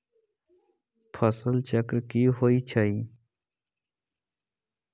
फसल चक्र की होइ छई?